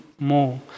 more